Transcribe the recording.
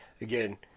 again